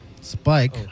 Spike